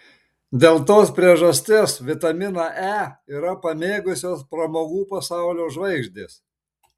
dėl tos priežastis vitaminą e yra pamėgusios pramogų pasaulio žvaigždės